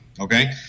Okay